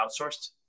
outsourced